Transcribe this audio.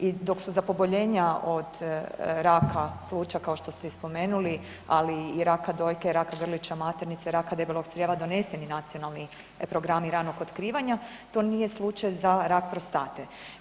I dok su za poboljenja od raka pluća, kao što ste i spomenuli, ali i raka dojke, raka grlića maternice, raka debelog crijeva doneseni nacionalni programi ranog otkrivanja, to nije slučaj za rak prostate.